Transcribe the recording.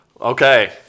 Okay